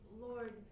Lord